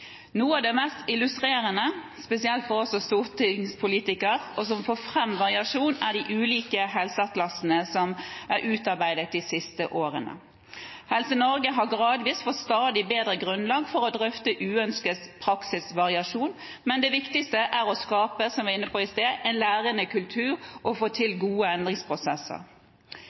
Noe av det mest illustrerende og som får fram variasjonene spesielt for oss som stortingspolitikere, er de ulike helseatlasene som er utarbeidet de siste årene. Helse-Norge har gradvis fått stadig bedre grunnlag for å drøfte uønsket praksisvariasjon, men det viktigste er å skape, som jeg var inne på i sted, en lærende kultur og få til gode endringsprosesser.